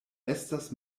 estas